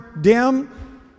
dim